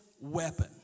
weapon